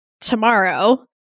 tomorrow